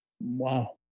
Wow